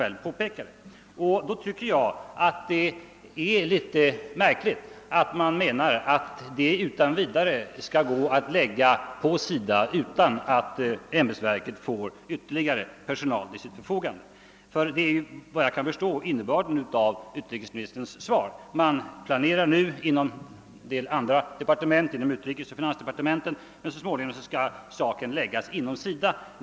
Jag tycker därför det är en smula märkligt, att man anser att denna uppgift utan vidare skall kunna läggas på SIDA utan att ämbetsverket får ytterligare personal till sitt förfogande — det är ju såvitt jag förstår innebörden av utrikesministerns svar. Man planerar nu för detta inom utrikesoch finansdepartementen, men uppgiften skall så småningom Ööverföras till SIDA.